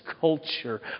culture